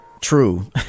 true